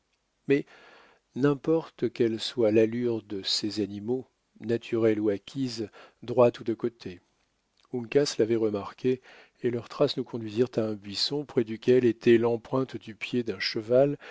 mais n'importe quelle soit l'allure de ces animaux naturelle ou acquise droite ou de côté uncas l'avait remarquée et leurs traces nous conduisirent à un buisson près duquel était l'empreinte du pied d'un cheval